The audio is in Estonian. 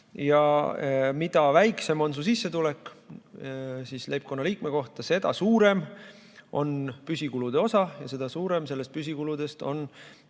Mida väiksem on su sissetulek leibkonnaliikme kohta, seda suurem on püsikulude osa ja seda suurema osa nendes püsikuludes